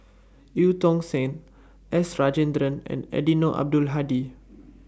EU Tong Sen S Rajendran and Eddino Abdul Hadi